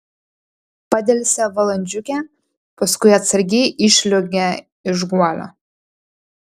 padelsė valandžiukę paskui atsargiai išsliuogė iš guolio